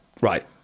right